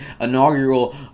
inaugural